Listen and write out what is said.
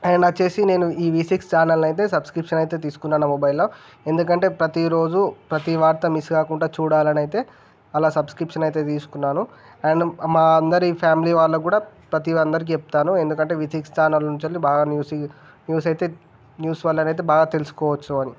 and వచ్చేసి ఈ V six ఛానల్ని అయితే సబ్స్క్రిప్షన్ తీసుకున్నాను నా మొబైల్లో ఎందుకంటే ప్రతీ రోజు ప్రతీ వార్త మిస్ కాకుండా చూడాలని అయితే అలా సబ్స్క్రిప్షన్ అయితే తీసుకున్నాను అండ్ మా అందరి ఫ్యామిలీ వాళ్ళకు కూడా ప్రతీది అందరికి చెప్తాను ఎందుకంటే వి సిక్స్ ఛానల్ నుంచి కూడా బాగా న్యూస్వి న్యూస్ అయితే న్యూస్ వల్లన అయితే బాగా తెలుసుకోవచ్చు అని